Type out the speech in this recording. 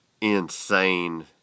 insane